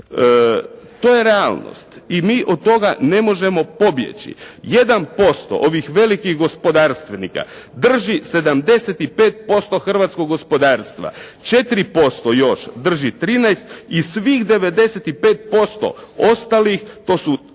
To je realnost i mi od toga ne možemo pobjeći. 1% ovih velikih gospodarstvenika drži 75% hrvatskog gospodarstva, 4% još drži 13 i svih 95% ostalih, to su